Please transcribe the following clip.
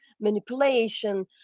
manipulation